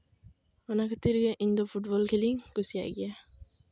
ᱚᱱᱟ ᱠᱷᱟᱹᱛᱤᱨ ᱜᱮ ᱤᱧ ᱫᱚ ᱯᱷᱩᱴᱵᱚᱞ ᱠᱷᱮᱞᱤᱧ ᱠᱩᱥᱤᱭᱟᱜ ᱜᱮᱭᱟ